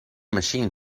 machine